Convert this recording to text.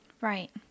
right